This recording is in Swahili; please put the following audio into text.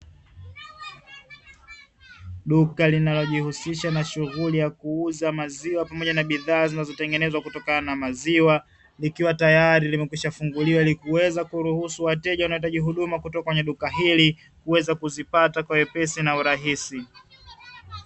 Duka linalojihusisha na shughuli ya kuuza maziwa pamoja na bidhaa zinazotengenezwa kutokana na maziwa, likiwa tayari limekwishafunguliwa ili kuweza kuruhusu wateja wanaohitaji huduma kutoka katika duka hili, kuweza kuzipata kwa wepesi na urahisi.